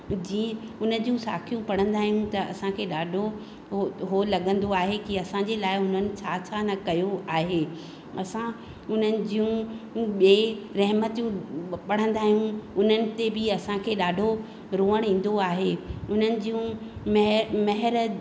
जीअं उन जूं साखियूं पढ़ंदा आहियूं त असांखे ॾाढो हो हो लॻंदो आहे की असांजे लाइ हुननि छा छा न कयो आहे असां उन्हनि जूं ॿिए रहमतियूं पढ़ंदा आहियूं उन्हनि ते बि असांखे ॾाढो रोअण ईंदो आहे उन्हनि जूं महि महिर